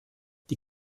die